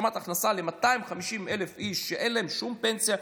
השלמת הכנסה ל-250,000 איש שאין להם שום פנסיה.